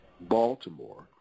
Baltimore